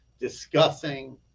discussing